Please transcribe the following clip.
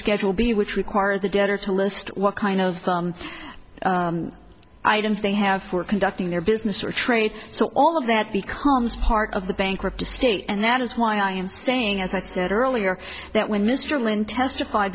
schedule b which require the debtor to list what kind of items they have for conducting their business or trade so all of that becomes part of the bankrupt estate and that is why i am saying as i said earlier that when mr lynn testified